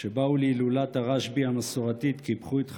שבאו להילולת הרשב"י המסורתית, קיפחו את חייהם,